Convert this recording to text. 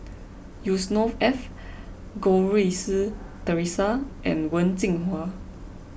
Yusnor Ef Goh Rui Si theresa and Wen Jinhua